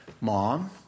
Mom